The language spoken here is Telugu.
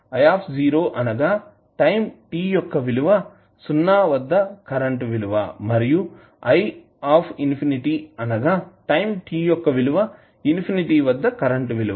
i అనగా టైం t యొక్క విలువ సున్నా వద్ద కరెంట్ విలువ మరియు అనగా టైం t యొక్క విలువ ఇన్ఫినిటీవద్ద కరెంట్ విలువ